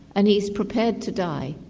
and he is prepared to die.